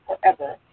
Forever